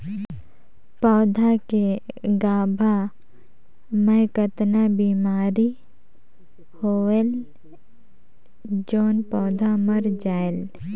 पौधा के गाभा मै कतना बिमारी होयल जोन पौधा मर जायेल?